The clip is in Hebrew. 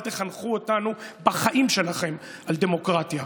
אל תחנכו אותנו בחיים שלכם על דמוקרטיה,